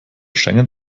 schengen